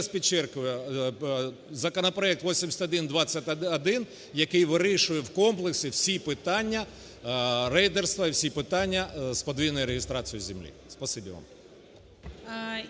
підкреслюю, законопроект 8121, який вирішує в комплексі всі питання рейдерства і всі питання з подвійною реєстрацією землі.